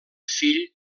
fill